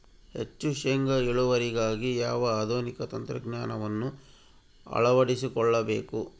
ಹೆಚ್ಚು ಶೇಂಗಾ ಇಳುವರಿಗಾಗಿ ಯಾವ ಆಧುನಿಕ ತಂತ್ರಜ್ಞಾನವನ್ನು ಅಳವಡಿಸಿಕೊಳ್ಳಬೇಕು?